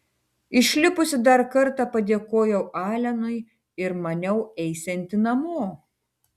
išlipusi dar kartą padėkojau alenui ir maniau eisianti namo